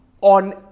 on